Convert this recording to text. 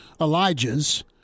Elijah's